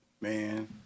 man